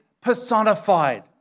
personified